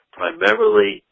primarily